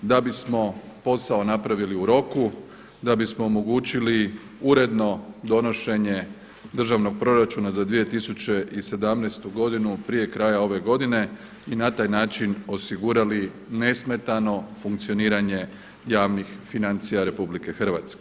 Da bismo posao napravili u roku, da bismo omogućili uredno donošenje državnog proračuna za 2017. godinu prije kraja ove godine i na taj način osigurali nesmetano funkcioniranje javnih financija RH.